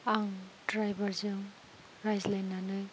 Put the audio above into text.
आं द्राइभारजों रायज्लायनानै